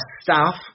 staff